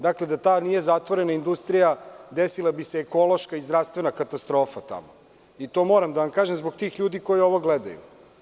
Dakle, ta industrija nije zatvorena, da nije zatvorena, desila bi se ekološka i zdravstvena katastrofa i to moram da vam kažem zbog tih ljudi koji ovo gledaju.